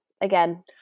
again